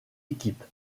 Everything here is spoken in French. équipe